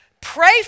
pray